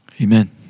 Amen